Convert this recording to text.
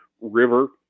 river